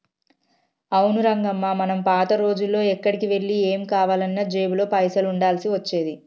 అవును రంగమ్మ మనం పాత రోజుల్లో ఎక్కడికి వెళ్లి ఏం కావాలన్నా జేబులో పైసలు ఉండాల్సి వచ్చేది